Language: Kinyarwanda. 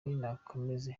nakomeze